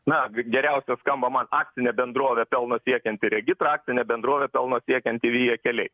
na geriausia skamba man akcinė bendrovė pelno siekianti regitra akcinė bendrovė pelno siekianti via keliai